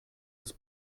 des